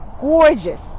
gorgeous